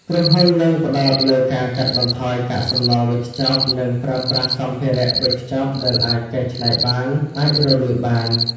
ក្រុមហ៊ុននឹងផ្តោតលើការកាត់បន្ថយកាកសំណល់វេចខ្ចប់ និងប្រើប្រាស់សម្ភារៈវេចខ្ចប់ដែលអាចកែច្នៃបាន អាចរលួយបាន ។